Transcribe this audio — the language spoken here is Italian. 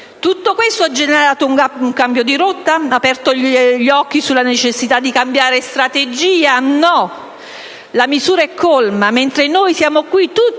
Tutto questo ha generato un cambio di rotta, ha aperto gli occhi sulla necessità di cambiare strategia? No. La misura è colma. Mentre noi siamo qui tutti